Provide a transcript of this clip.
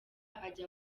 ajya